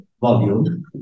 volume